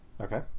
Okay